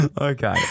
Okay